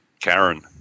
Karen